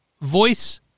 voice